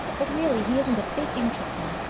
but really he isn't a bit interesting.